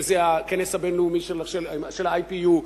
אם זה הכנס הבין-לאומי של ה-IPU,